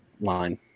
line